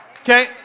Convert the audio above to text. Okay